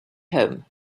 home